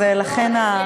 אז לכן.